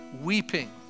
weeping